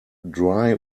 dry